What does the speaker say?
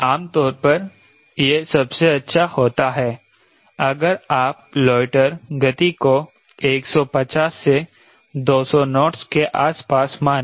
आमतौर पर यह सबसे अच्छा होता है अगर आप लोएटर गति को 150 से 200 नोट्स के आसपास माने